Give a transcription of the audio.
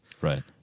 right